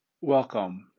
Welcome